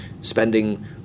spending